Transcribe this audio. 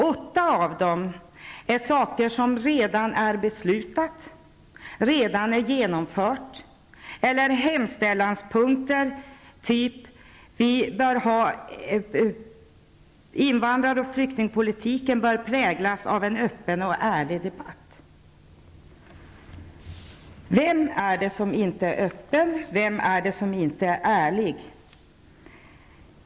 Åtta av dem gäller sådant som redan är beslutat, redan är genomfört, eller också är det hemställanspunkter av typen invandrar och flyktingpolitiken bör präglas av en öppen och ärlig debatt. Vem är det som inte är öppen, vem är det som inte är ärlig?